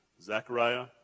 Zechariah